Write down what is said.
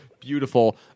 Beautiful